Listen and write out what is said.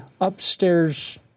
upstairs